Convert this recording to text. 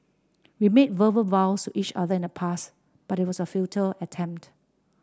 we made verbal vows to each other in the past but it was a futile attempt